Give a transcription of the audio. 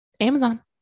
Amazon